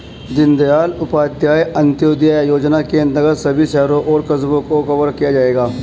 दीनदयाल उपाध्याय अंत्योदय योजना के अंतर्गत सभी शहरों और कस्बों को कवर किया जाएगा